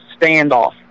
standoff